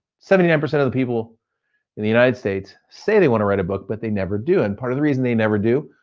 seventy nine percent of the people in the united states say they wanna write a book but they never do and part of the reason they never do,